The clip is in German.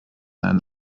einen